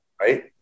Right